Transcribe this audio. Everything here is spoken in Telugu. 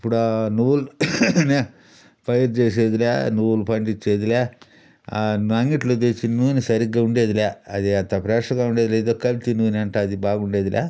ఇప్పుడా నువ్వుల నూనె పైరు చేసేదిలే నువ్వులు పండిచ్చేదిలే అంగట్లో తెచ్చిన నూనె సరిగ్గా ఉండేదిలే అది అంత ఫ్రెష్గా ఉండేది లేదు కల్తీ నూనంట అది బాగుండేదిలే